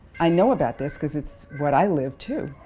i know about this because it's what i live, too.